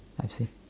I've seen